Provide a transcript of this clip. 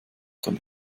damit